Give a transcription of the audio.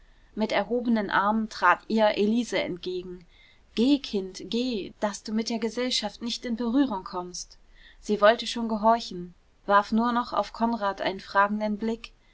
mit erhobenen armen trat ihr elise entgegen geh kind geh daß du mit der gesellschaft nicht in berührung kommst sie wollte schon gehorchen warf nur noch auf konrad einen fragenden blick